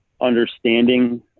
understanding